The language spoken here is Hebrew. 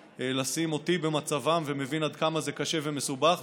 לשים אותי במצבם ומבין עד כמה זה קשה ומסובך,